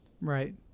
Right